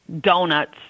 donuts